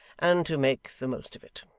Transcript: and to make the most of it.